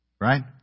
Right